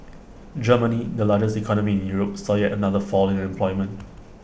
Germany the largest economy in Europe saw yet another fall in unemployment